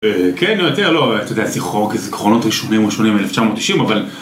כן, יותר, לא, אתה יודע, זיכרונות ראשוניים ראשוניים מ-1990, אבל...